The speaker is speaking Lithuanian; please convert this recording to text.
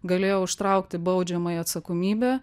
galėjo užtraukti baudžiamąją atsakomybę